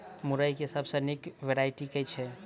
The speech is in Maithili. मुरई केँ सबसँ निक वैरायटी केँ छै?